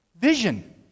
vision